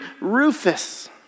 Rufus